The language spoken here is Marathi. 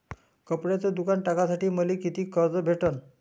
कपड्याचं दुकान टाकासाठी मले कितीक कर्ज भेटन?